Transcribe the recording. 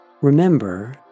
Remember